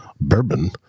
bourbon